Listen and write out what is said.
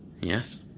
Yes